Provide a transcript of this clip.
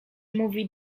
mówi